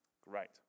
Great